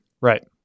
Right